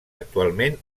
actualment